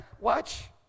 watch